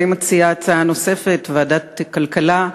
אני מציעה הצעה נוספת: ועדת הכלכלה.